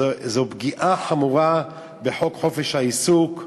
זו פגיעה חמורה בחוק חופש העיסוק.